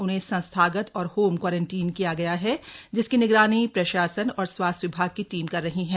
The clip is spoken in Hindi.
उन्हें संस्थागत और होम क्वारंटाइन किया गया है जिसकी निगरानी प्रशासन और स्वास्थ्य विभाग की टीम कर रही है